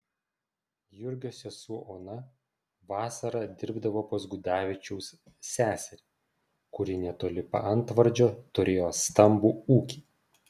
jurgio sesuo ona vasarą dirbdavo pas gudavičiaus seserį kuri netoli paantvardžio turėjo stambų ūkį